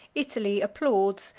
italy applauds,